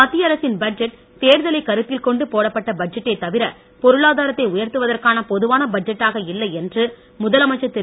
மத்திய அரசின் பட்ஜெட் தேர்தலை கருத்தில் கொண்டு போடப்பட்ட பட்ஜெட்டே தவிர பொருளாதாரத்தை உயர்த்துவதற்கான பொதுவான பட்ஜெட்டாக இல்லை என்று முதலமைச்சர் திரு